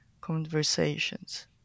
conversations